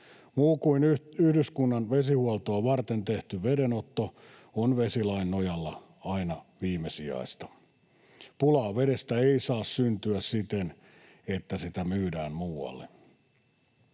Muu kuin yhdyskunnan vesihuoltoa varten tehty vedenotto on vesilain nojalla aina viimesijaista. Pulaa vedestä ei saa syntyä siten, että sitä myydään muualle.